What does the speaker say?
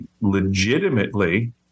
legitimately